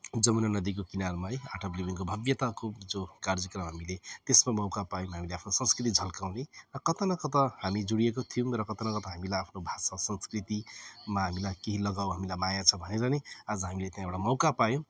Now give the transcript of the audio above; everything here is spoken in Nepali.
जमुना नदीको किनारमा है आर्ट अफ् लिभिङको भव्यताको जो कार्यक्रम हामीले त्यसमा मौका पायौँ हामीले आफ्नो संस्कृति झल्काउने र कता न कता हामी जोडिएको थियौँ र कता न कता हामीलाई आफ्नो भाषा संस्कृतिमा हामीलाई केही लगाऊँ हामीलाई माया छ भनेर नै आज हामीले त्यहाँ एउटा मौका पायौँ